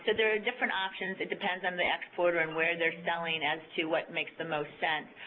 there are different options, it depends on the exporter and where they're selling as to what makes the most sense.